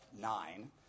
nine